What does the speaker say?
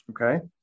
Okay